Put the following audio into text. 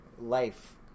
life